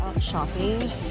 shopping